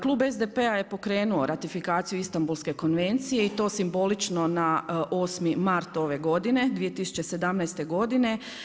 Klub SDP-a je pokrenuo ratifikaciju Istambulske konvencije i to simbolično na 8. mart ove godine 2017. godine.